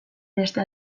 beste